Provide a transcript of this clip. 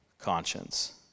conscience